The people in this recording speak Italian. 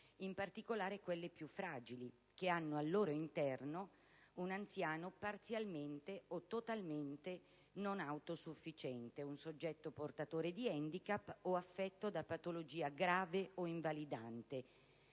In particolare quelle più fragili, che hanno al loro interno un anziano parzialmente o totalmente non autosufficiente, un soggetto portatore di handicap o affetto da patologia grave o invalidante.